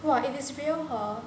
!wah! if it's real hor